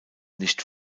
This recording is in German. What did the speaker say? nicht